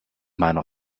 meiner